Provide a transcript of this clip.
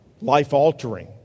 life-altering